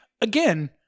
again